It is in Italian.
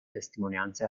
testimonianze